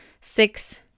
six